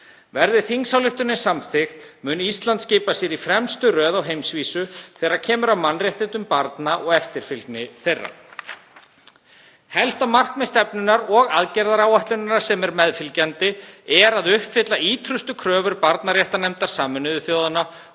Verði þingsályktunartillagan samþykkt mun Ísland skipa sér í fremstu röð á heimsvísu þegar kemur að mannréttindum barna og eftirfylgni þeirra. Helsta markmið stefnunnar og aðgerðaáætlunarinnar, sem er meðfylgjandi, er að uppfylla ýtrustu kröfur barnaréttarnefndar Sameinuðu þjóðanna